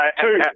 two